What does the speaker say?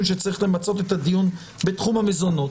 שצריך למצות את הדיון בתחום המזונות.